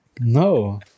No